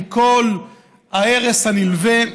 עם כל ההרס הנלווה.